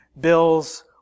Bill's